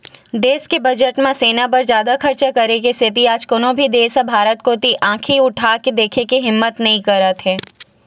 देस के बजट म सेना बर जादा खरचा करे के सेती आज कोनो भी देस ह भारत कोती आंखी उठाके देखे के हिम्मत नइ करत हे